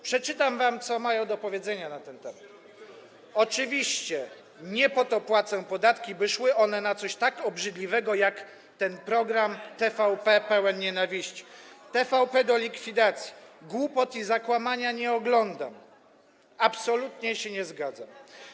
Przeczytam wam, co mają do powiedzenia na ten temat: „Oczywiście nie po to płacę podatki, by szły one na coś tak obrzydliwego, jak ten program TVP pełen nienawiści”, „TVP do likwidacji”, „Głupot i zakłamania nie oglądam”, „Absolutnie się nie zgadzam”